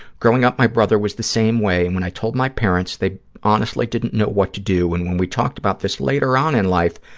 growing up, my brother was the same way. and when i told my parents, they honestly didn't know what to do, and when we talked about this later on in life,